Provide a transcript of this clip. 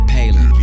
Palin